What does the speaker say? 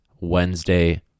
Wednesday